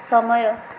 ସମୟ